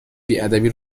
بیادبی